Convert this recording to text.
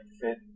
fit